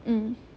mm